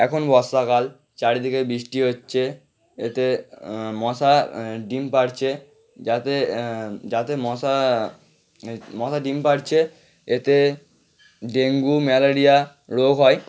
এখন বর্ষাকাল চারিদিকে বৃষ্টি হচ্ছে এতে মশা ডিম পারছে যাতে যাতে মশা মশা ডিম পারছে এতে ডেঙ্গু ম্যালেরিয়া রোগ হয়